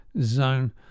zone